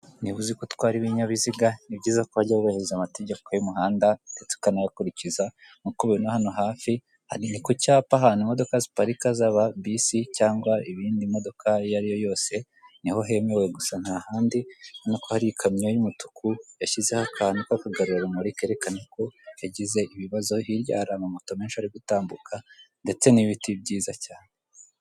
Niba uziko utwara ibinyabiziga ni byiza ko wajya wubahiriza amategeko y'umuhanda ndetse ukanayakurikiza nkuko ubibona hano hafi hari ni kucyapa ahantu imodoka ziparika zaba bisi cyangwa ibindi modokari iyo ariyo yose niho hemewe gusa ntahandi ubonako hari ikamyo y'umutuku yashyizeho akantu ko kugarura urumuri kerekana ko yagize ibibazo hirya hari amamoto menshi ari gutambuka ndetse n'ibiti byiza cyane.